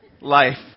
life